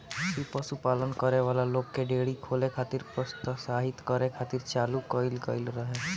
इ पशुपालन करे वाला लोग के डेयरी खोले खातिर प्रोत्साहित करे खातिर चालू कईल गईल रहे